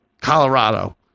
Colorado